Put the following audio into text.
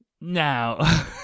Now